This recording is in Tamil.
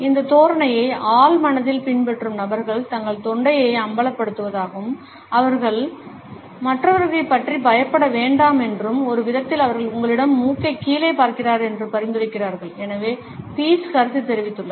இந்த தோரணையை ஆழ் மனதில் பின்பற்றும் நபர்கள் தங்கள் தொண்டையை அம்பலப்படுத்துவதாகவும் அவர்கள் மற்றவர்களைப் பற்றி பயப்பட வேண்டாம் என்றும் ஒரு விதத்தில் அவர்கள் உங்களிடம் மூக்கைக் கீழே பார்க்கிறார்கள் என்று பரிந்துரைக்கிறார்கள் என்றும் பீஸ் கருத்து தெரிவித்துள்ளார்